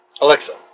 Alexa